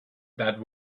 that